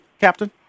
Captain